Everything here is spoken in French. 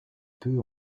peu